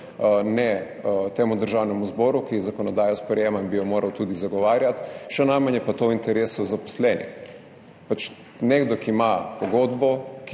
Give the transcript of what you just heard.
ne Državnemu zboru, ki zakonodajo sprejema in bi jo moral tudi zagovarjati, še najmanj pa je to v interesu zaposlenih. Nekdo, ki ima pogodbo,